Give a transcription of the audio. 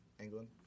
England